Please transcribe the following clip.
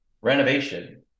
renovation